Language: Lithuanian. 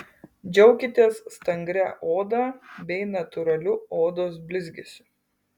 džiaukitės stangria oda bei natūraliu odos blizgesiu